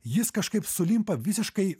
jis kažkaip sulimpa visiškai